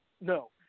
no